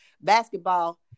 basketball